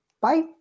Bye